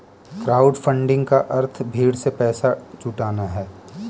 crowdfunding का अर्थ भीड़ से पैसा जुटाना है